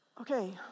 Okay